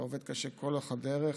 אתה עובד קשה לכל אורך הדרך,